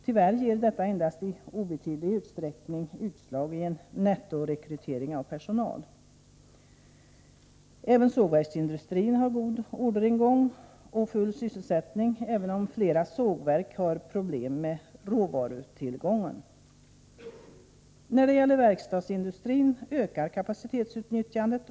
Tyvärr ger detta endast i obetydlig utsträckning utslag i form av en nettorekrytering av personal. Också sågverksindustrin noterar en god orderingång och har full sysselsättning, även om flera sågverk har problem med råvarutillgången. När det gäller verkstadsindustrin ökar kapacitetsutnyttjandet.